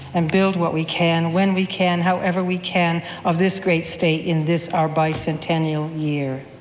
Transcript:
and build what we can, when we can, however we can of this great state in this our bicentennial year.